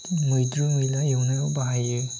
मैद्रु मैला एवनायाव बाहायो